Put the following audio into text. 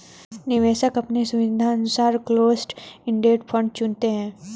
निवेशक अपने सुविधानुसार क्लोस्ड इंडेड फंड चुनते है